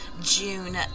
June